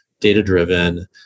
data-driven